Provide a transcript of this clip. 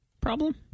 problem